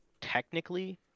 technically